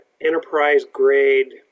enterprise-grade